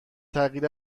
تغییر